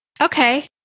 okay